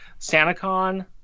SantaCon